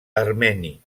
armeni